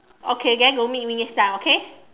okay then don't meet me next time okay